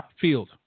field